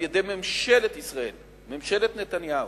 על-ידי ממשלת ישראל, ממשלת נתניהו,